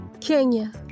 Kenya